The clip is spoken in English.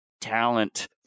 talent